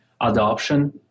adoption